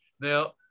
Now